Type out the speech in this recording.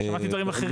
שמעתי דברים אחרים.